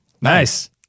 Nice